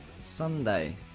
Sunday